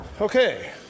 Okay